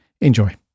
Enjoy